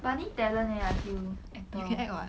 but I need talent leh I feel actor